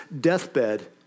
deathbed